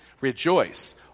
rejoice